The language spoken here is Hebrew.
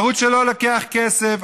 ערוץ שלא לוקח כסף,